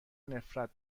نفرت